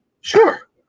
Sure